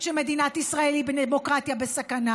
שמדינת ישראל היא דמוקרטיה בסכנה,